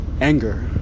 anger